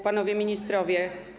Panowie Ministrowie!